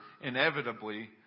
inevitably